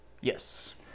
Yes